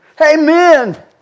Amen